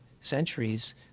centuries